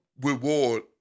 reward